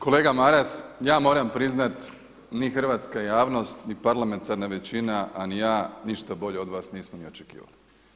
Kolega Maras, ja moram priznat ni hrvatska javnost, ni parlamentarna većina, a ni ja ništa bolje od vas nismo ni očekivali.